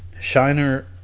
Shiner